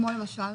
כמו למשל?